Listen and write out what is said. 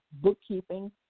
bookkeeping